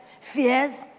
fears